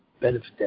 benefit